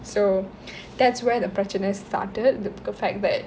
so that's where the பிரச்சனை:prachanai started the fact that